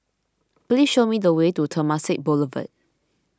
please show me the way to Temasek Boulevard